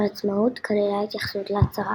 העצמאות כללה התייחסות להצהרה.